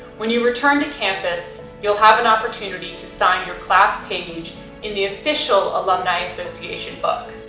when you return to campus, you'll have an opportunity to sign your class page in the official alumni association book.